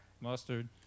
mustard